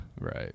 Right